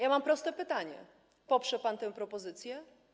Ja mam proste pytanie: Poprze pan tę propozycję?